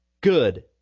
good